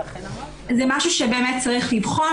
זה משהו שצריך לבחון.